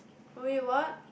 who you are